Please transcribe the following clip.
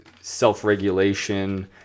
self-regulation